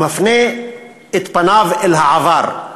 הוא מפנה את פניו אל העבר,